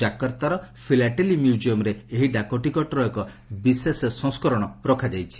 ଜାକର୍ତ୍ତାର philately ମ୍ୟୁଜିୟମ୍ରେ ଏହି ଡାକଟିକଟ୍ର ଏକ ବିଶେଷ ସଂସ୍କରଣ ରଖାଯାଇଛି